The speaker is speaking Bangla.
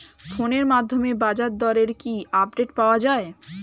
ফোনের মাধ্যমে বাজারদরের কি আপডেট পাওয়া যায়?